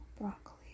broccoli